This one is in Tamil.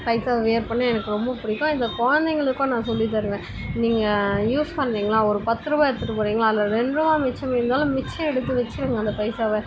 பைசாவை வியர் பண்ண எனக்கு ரொம்ப பிடிக்கும் இதை குழந்தைங்களுக்கும் நான் சொல்லித்தருவேன் நீங்கள் யூஸ் பண்ணுவீங்களா ஒரு பத்து ரூபா எடுத்துகிட்டு போகிறிங்களா அதில் ரெண்டு ரூபா மிச்சம் இருந்தாலும் மிச்சம் எடுத்து வச்சுருங்க அந்த பைசாவை